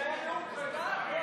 זה היה נאום פרידה, בועז?